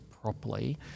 properly